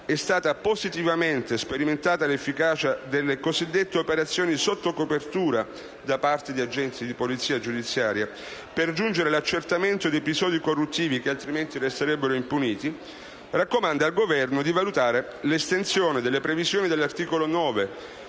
è stata positivamente sperimentata l'efficacia delle cosiddette operazioni sotto copertura, da parte di agenti di polizia giudiziaria, per giungere all'accertamento di episodi corruttivi che, altrimenti, resterebbero impuniti raccomanda al Governo di valutare l'estensione delle previsioni dell'articolo 9